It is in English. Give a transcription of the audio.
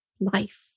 life